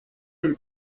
del